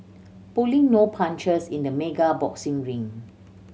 pulling no punches in the mega boxing ring